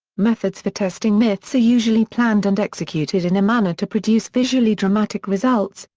methods for testing myths are usually planned and executed in a manner to produce visually dramatic results,